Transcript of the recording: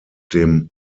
dem